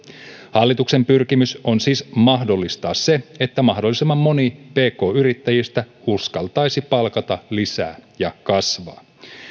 hallituksen pyrkimys on siis mahdollistaa se että mahdollisimman moni pk yrittäjistä uskaltaisi palkata lisää ja kasvaa